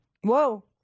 Whoa